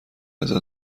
ازت